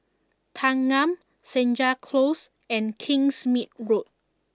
Thanggam Senja Close and Kingsmead Road